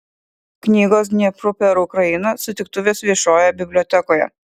knygos dniepru per ukrainą sutiktuvės viešojoje bibliotekoje